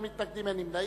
אין מתנגדים, אין נמנעים.